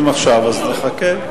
נחכה.